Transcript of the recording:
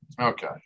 Okay